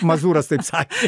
mazūras taip sakė